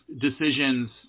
decisions